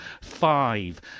five